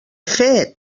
fet